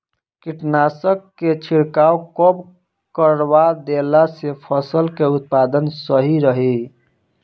कीटनाशक के छिड़काव कब करवा देला से फसल के उत्पादन सही रही?